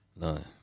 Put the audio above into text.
None